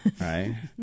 right